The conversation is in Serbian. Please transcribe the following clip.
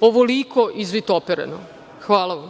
ovoliko izvitopereno. Hvala.